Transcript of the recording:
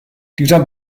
dieser